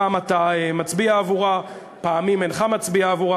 פעם אתה מצביע עבורה ופעמים אינך מצביע עבורה.